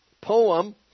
poem